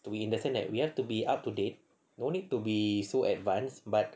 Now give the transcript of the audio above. we understand that we have to be up to date no need to be so advanced but